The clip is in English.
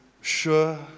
sure